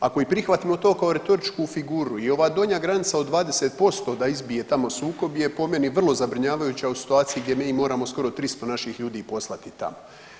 Ako i prihvatimo to kao retoričku figuru i ova donja granica od 20% da izbije tamo sukob je po meni vrlo zabrinjavajuća u situaciji gdje mi moramo skoro 300 naših ljudi i poslati tamo.